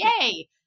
yay